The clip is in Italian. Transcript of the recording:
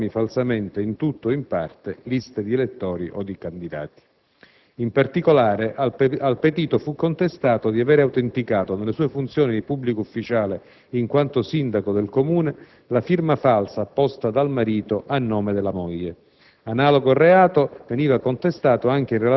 di liste di elettori o di candidati ovvero formi falsamente, in tutto o in parte, liste di elettori o di candidati. In particolare, al Petito fu contestato di aver autenticato, nelle sue funzioni di pubblico ufficiale in quanto Sindaco del Comune, la firma falsa apposta dal marito a nome della moglie.